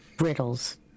riddles